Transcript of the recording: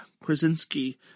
Krasinski